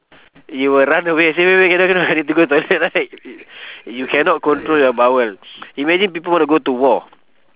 you will run away say wait wait cannot cannot I need to go toilet right you cannot control your bowel imagine people want to go to war